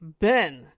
Ben